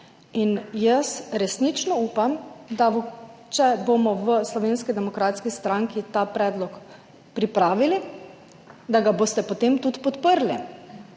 Jaz resnično upam, če bomo v Slovenski demokratski stranki ta predlog pripravili, da ga boste potem tudi podprli,